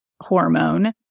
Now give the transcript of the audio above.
hormone